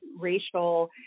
racial